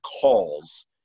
calls